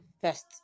first